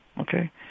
Okay